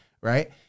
right